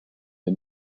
the